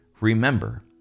Remember